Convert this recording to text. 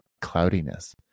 cloudiness